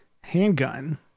handgun